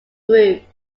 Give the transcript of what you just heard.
group